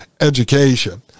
education